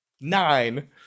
Nine